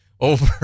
over